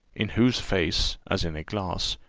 in whose face, as in a glass,